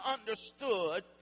understood